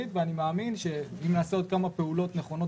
ואני מאמין שאם לעשות כמה פעולות נכונות